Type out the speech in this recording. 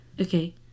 Okay